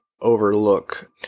overlook